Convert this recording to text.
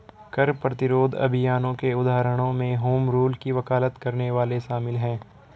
कर प्रतिरोध अभियानों के उदाहरणों में होम रूल की वकालत करने वाले शामिल हैं